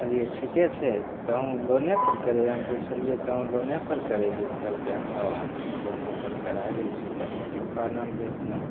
कहलियै ठीके छै तहुँ लोनेपर करय हम पुछलियै तहुँ लोनेपर करेबहि तऽ कहलकय हँ हमहूँ लोनेपर करय लै छियै केन्नेसँ अनबय रूपैआ एतना